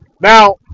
Now